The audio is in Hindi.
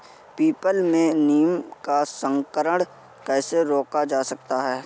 पीपल में नीम का संकरण कैसे रोका जा सकता है?